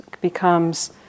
becomes